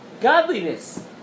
Godliness